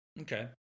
Okay